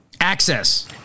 Access